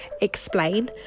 explain